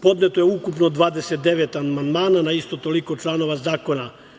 Podneto je ukupno 29 amandmana na isto toliko članova zakona.